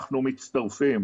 אנחנו מצטרפים